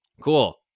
cool